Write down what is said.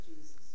Jesus